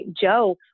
Joe